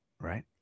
right